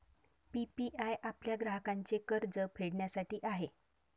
PPI आपल्या ग्राहकांचे कर्ज फेडण्यासाठी आहे